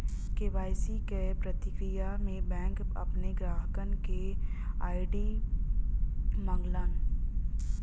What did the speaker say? KYC क प्रक्रिया में बैंक अपने ग्राहकन क आई.डी मांगला